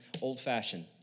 old-fashioned